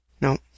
No